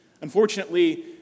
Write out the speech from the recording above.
Unfortunately